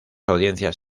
audiencias